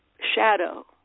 shadow